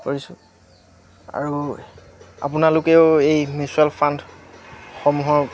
কৰিছোঁ আৰু আপোনালোকেও এই মিউচুৱেল ফাণ্ডসমূহৰ